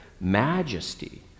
majesty